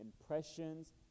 impressions